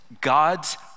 God's